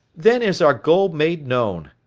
then is our goal made known.